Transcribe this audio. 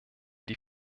die